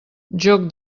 joc